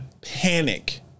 panic